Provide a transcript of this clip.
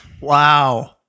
Wow